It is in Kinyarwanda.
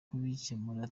kubikemura